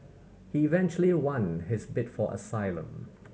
he eventually won his bid for asylum